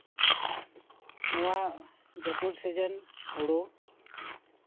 ᱱᱚᱣᱟ ᱡᱟᱹᱯᱩᱫ ᱥᱤᱡᱤᱱ ᱦᱩᱲᱩ